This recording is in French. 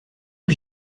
que